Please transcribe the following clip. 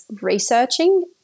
researching